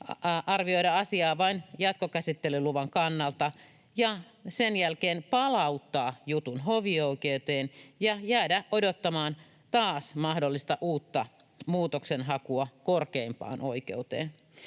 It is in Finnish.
arvioida asiaa vain jatkokäsittelyluvan kannalta ja sen jälkeen palauttaa juttu hovioikeuteen ja jäädä odottamaan taas mahdollista uutta muutoksenhakua korkeimpaan oikeuteen.